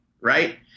right